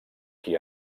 qui